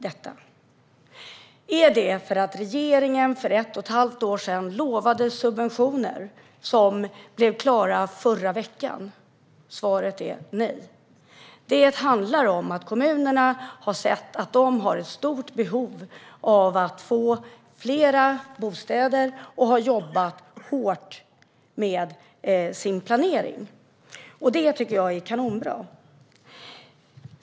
Beror det på att regeringen för ett och ett halvt år sedan lovade subventioner som blev klara i förra veckan? Svaret är nej. Det handlar om att kommunerna har sett att de har ett stort behov av fler bostäder och att de har jobbat hårt med sin planering. Det tycker jag är kanonbra.